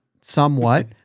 somewhat